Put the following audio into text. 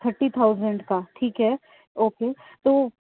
thirty thousand کا ٹھیک ہے اوکے تو